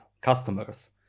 customers